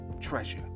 treasure